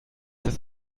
das